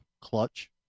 Clutch